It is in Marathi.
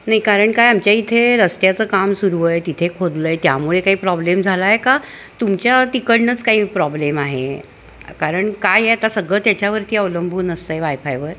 नाही कारण काय आमच्या इथे रस्त्याचं काम सुरू आहे तिथे खोदलं त्यामुळे आहे काही प्रॉब्लेम झाला आहे का तुमच्या तिकडनंच काही प्रॉब्लेम आहे कारण काय आहे आता सगळं त्याच्यावरती अवलंबून असतं आहे वायफायवर